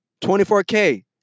24k